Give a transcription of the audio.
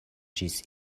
ĝis